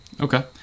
Okay